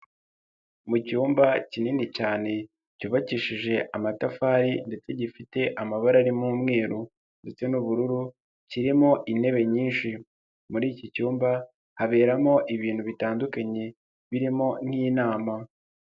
Mu cyumba kinini cyane cyubakishije amatafari ndetse gifite amabara arimo umweru ndetse n'ubururu, kirimo intebe nyinshi, muri iki cyumba haberamo ibintu bitandukanye birimo nk'inama.